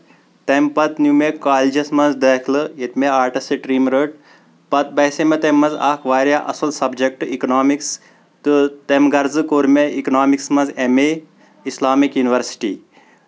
تَمہِ پَتہٕ نیٚو مےٚ کالیجس منٛز دٲخِلہٕ ییٚتہِ مےٚ آٹٕس سِٹریٖم رٔٹ پَتہٕ باسیٚے مےٚ تَمہِ منٛز اکھ واریاہ اَصٕل سَبجیٚکٹ اِکانامِکس تہٕ تَمہِ غرضہٕ کور مےٚ اکانامکس منٛز ایٚم اے اسلامِک یونورسٹی